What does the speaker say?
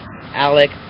Alec